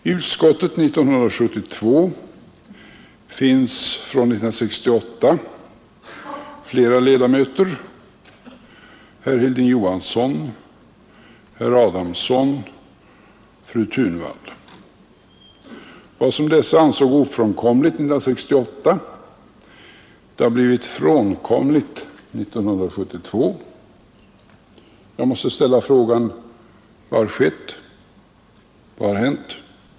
I utskottet 1972 finns flera ledamöter från 1968: herr Hilding Johansson, herr Adamsson och fru Thunvall. Vad dessa ansåg ofrånkomligt 1968 har blivit frånkomligt år 1972. Jag måste ställa några frågor: Vad har skett?